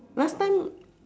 last time